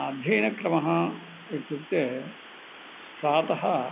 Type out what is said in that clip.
अध्ययनक्रमः इत्युक्ते प्रातः